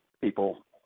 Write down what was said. people